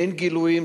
אין גילויים,